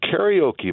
karaoke